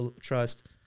trust